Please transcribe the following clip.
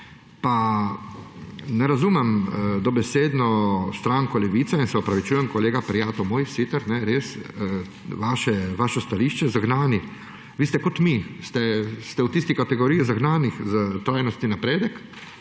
Pa ne razumem dobesedno stranke Levice. Se opravičujem, kolega, prijatelj moj, Siter, res, vaše stališče – zagnani. Vi ste kot mi, ste v tisti kategoriji zagnanih za trajnostni napredek